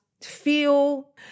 feel